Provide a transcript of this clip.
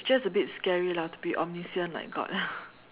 just a bit scary lah to be omniscient like god